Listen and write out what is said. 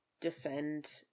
defend